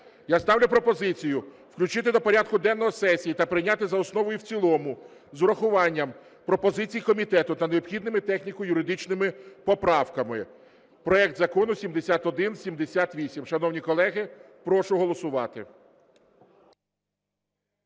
Я ставлю пропозицію включити до порядку денного сесії та прийняти за основу і в цілому з урахуванням пропозицій комітету та необхідними техніко-юридичними поправками проект Закону 7178. Шановні колеги, прошу голосувати.